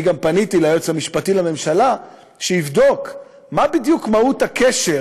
אני גם פניתי ליועץ המשפטי לממשלה שיבדוק מה בדיוק מהות הקשר